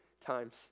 times